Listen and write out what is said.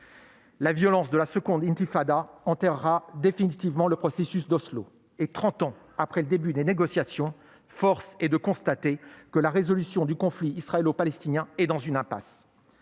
La violence de la seconde intifada enterrera définitivement le processus d'Oslo. Trente ans après le début des négociations, force est de constater que la résolution du conflit israélo-palestinien est dans une impasse.